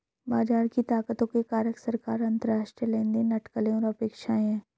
बाजार की ताकतों के कारक सरकार, अंतरराष्ट्रीय लेनदेन, अटकलें और अपेक्षाएं हैं